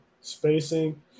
spacing